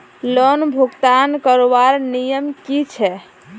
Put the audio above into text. Loan भुगतान करवार नियम की छे?